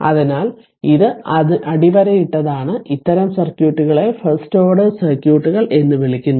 അതിനാൽ ഇത് അടിവരയിട്ടതാണ് ഇത്തരം സർക്യൂട്ടുകളെ ഫസ്റ്റ് ഓർഡർ സർക്യൂട്ടുകൾ എന്ന് വിളിക്കുന്നു